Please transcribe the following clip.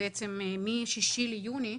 בעצם מתאריך 6 ביוני,